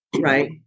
right